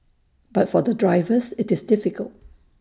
but for the drivers IT is difficult